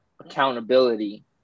accountability